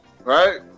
right